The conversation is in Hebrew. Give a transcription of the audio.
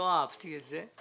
לא אהבתי את זה,